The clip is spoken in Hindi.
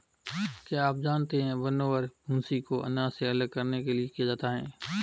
क्या आप जानते है विनोवर, भूंसी को अनाज से अलग करने के लिए किया जाता है?